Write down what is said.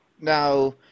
Now